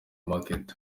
market